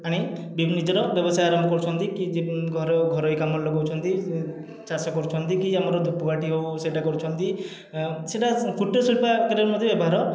ଆଣି ବିଭିନ୍ନ ନିଜର ବ୍ୟବସାୟ ଆରମ୍ଭ କରୁଛନ୍ତି କି ଯେ ଘରୋଇ କାମରେ ଲଗଉଛନ୍ତି ଚାଷ କରୁଛନ୍ତି କି ଆମର ଧୂପକାଠି ହେଉ ସେଇଟା କରୁଛନ୍ତି ସେଇଟା କୁଟୀର ଶିଳ୍ପ ଆକାରରେ ମଧ୍ୟ ବ୍ୟବହାର